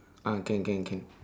ah can can can